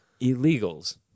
Illegals